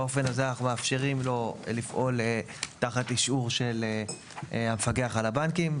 באופן הזה אנחנו מאפשרים לו לפעול תחת האישור של המפקח על הבנקים.